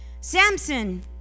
samson